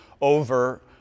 over